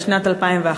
בשנת 2011,